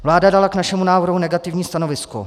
Vláda dala k našemu návrhu negativní stanovisko.